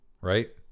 right